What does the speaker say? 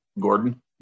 Gordon